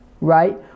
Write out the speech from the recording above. Right